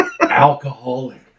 Alcoholic